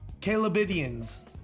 Calebidians